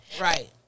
Right